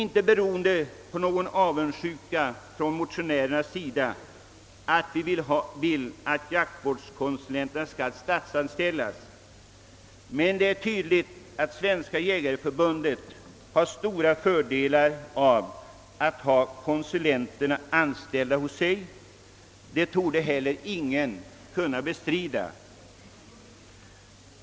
Det beror inte på någon avundsjuka från motionärernas sida att vi vill att jaktvårdskonsulenterna skall statsanställas. Men det är tydligt att Svenska jägareförbundet har stora fördelar av att ha konsulenterna anställda hos sig — det torde heller ingen kunna bestrida.